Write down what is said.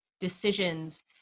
Decisions